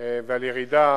ועל ירידה